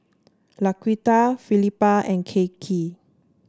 Laquita Felipa and Kaycee